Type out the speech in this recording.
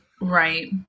Right